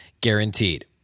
guaranteed